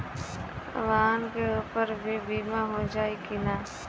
वाहन के ऊपर भी बीमा हो जाई की ना?